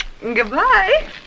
Goodbye